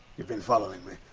you've been following me!